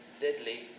deadly